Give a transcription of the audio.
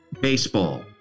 Baseball